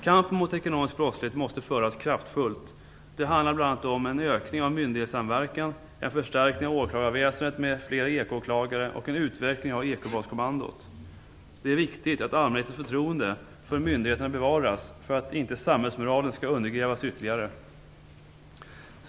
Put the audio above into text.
Kampen mot ekonomisk brottslighet måste föras kraftfullt. Det handlar bl.a. om en ökning av myndighetssamverkan, en förstärkning av åklagarväsendet med flera ekoåklagare och en utveckling av ekobrottskommandot. Det är viktigt att allmänhetens förtroende för myndigheterna bevaras för att inte samhällsmoralen skall undergrävas ytterligare.